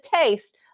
taste